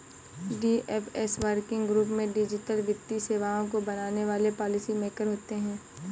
DFS working group में digital वित्तीय सेवाओं को बनाने वाले पॉलिसी मेकर होते हैं